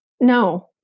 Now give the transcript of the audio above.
no